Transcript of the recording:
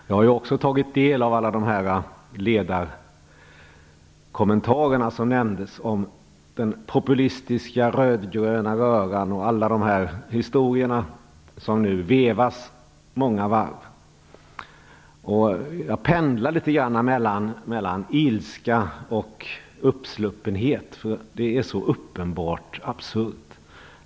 Jag har också tagit del av alla de ledarkommentarer som nämndes om den populistiska rödgröna röran och alla de historier som vevas många varv. Jag pendlar litet grand mellan ilska och uppsluppenhet. Det är så uppenbart absurt.